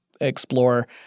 explore